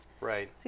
Right